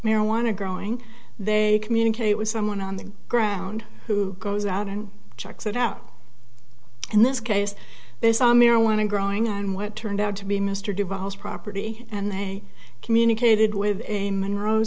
marijuana growing they communicate with someone on the ground who goes out and checks it out in this case they saw marijuana growing on what turned out to be mr duvall's property and they communicated with a monroe